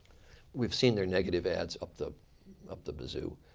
we've seen their negative ads up the up the wazoo.